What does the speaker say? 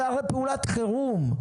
זה הרי פעולת חירום.